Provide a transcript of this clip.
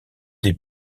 des